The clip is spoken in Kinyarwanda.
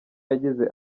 yagize